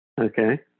okay